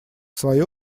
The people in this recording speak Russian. свою